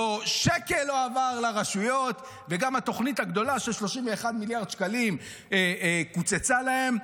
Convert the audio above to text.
שקל לא עבר לרשויות וגם התוכנית הגדולה של 31 מיליארד שקלים קוצצה להם.